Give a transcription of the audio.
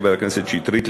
חבר הכנסת שטרית,